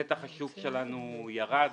נתח השוק שלנו ירד,